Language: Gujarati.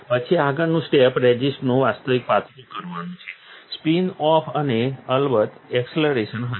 પછી આગળનું સ્ટેપ રેઝિસ્ટનું વાસ્તવિક પાતળું કરવાનું સ્પિન ઓફ અને અલ્બત્ત એક્સેલરેશન હશે